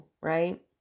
right